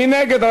מי נגד?